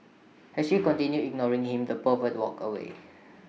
as she continued ignoring him the pervert walked away